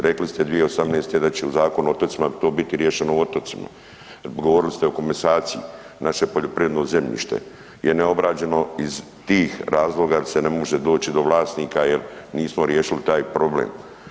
Rekli ste 2018. da će u Zakonu o otocima to bit riješeno o otocima, govorili ste o komasaciji, naše poljoprivredno zemljište je neobrađeno iz tih razloga jer se ne može doći do vlasnika jer nismo riješili taj problem.